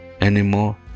anymore